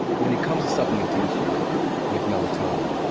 when it comes to supplementation with melatonin,